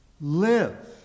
Live